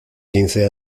quince